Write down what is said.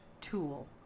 tool